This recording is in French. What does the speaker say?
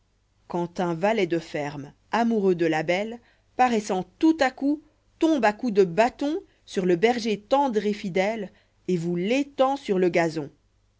quand un valet de ferme amoureux de la belle paraissant tout à coup tombe à coups de bâton sur le berger tendre et fidèle et vous l'étend sur le gazon